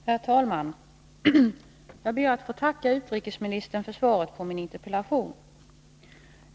Herr talman! Jag ber att få tacka utrikesministern för svaret på min interpellation.